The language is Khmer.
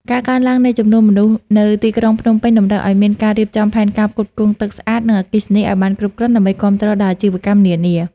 ការកើនឡើងនៃចំនួនមនុស្សនៅទីក្រុងភ្នំពេញ តម្រូវឱ្យមានការរៀបចំផែនការផ្គត់ផ្គង់ទឹកស្អាត និងអគ្គិសនីឱ្យបានគ្រប់គ្រាន់ដើម្បីគាំទ្រដល់អាជីវកម្មនានា។